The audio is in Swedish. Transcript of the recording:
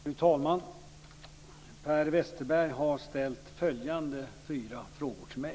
Fru talman! Per Westerberg har ställt fyra frågor till mig.